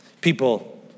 People